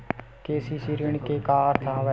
KCC ऋण के का अर्थ हवय?